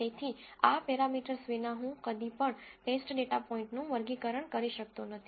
તેથી આ પેરામીટર્સ વિના હું કદી પણ ટેસ્ટ ડેટા પોઇન્ટનું વર્ગીકરણ કરી શકતો નથી